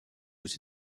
aux